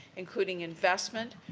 including investment,